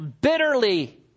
bitterly